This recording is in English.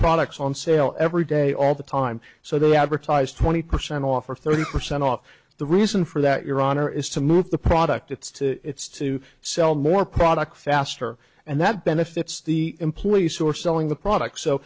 products on sale every day all the time so they advertise twenty percent off or thirty percent off the reason for that your honor is to move the product it's to sell more product faster and that benefits the employees who are selling the product so